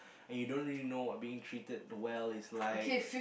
and you don't really know what being treated well is like